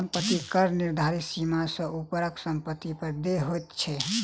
सम्पत्ति कर निर्धारित सीमा सॅ ऊपरक सम्पत्ति पर देय होइत छै